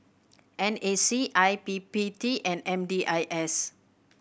N A C I P P T and M D I S